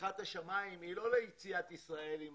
פתיחת השמיים היא לא ליציאת ישראל החוצה.